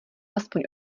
aspoň